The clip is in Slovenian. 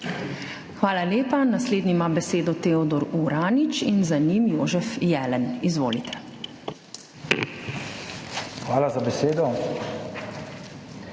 Hvala lepa. Naslednji ima besedo Teodor Uranič in za njim Jožef Jelen. Izvolite. **TEODOR URANIČ